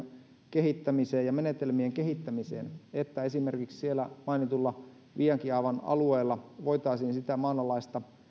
kehittämiseen ja menetelmien kehittämiseen että esimerkiksi siellä mainitulla viiankiaavan alueella voitaisiin sitä maanalaista